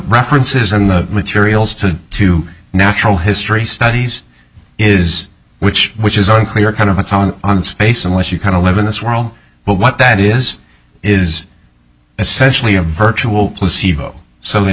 references in the materials to two natural history studies is which which is unclear kind of a comment on space unless you kind of live in this world but what that is is essentially a virtual placebo so they